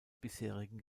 bisherigen